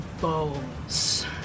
bones